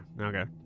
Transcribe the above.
okay